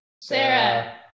Sarah